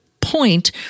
point